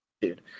Dude